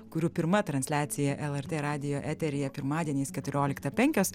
kurių pirma transliacija lrt radijo eteryje pirmadieniais keturioliktą penkios